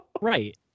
Right